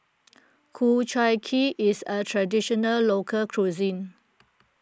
Ku Chai Kuih is a Traditional Local Cuisine